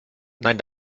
nein